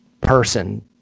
person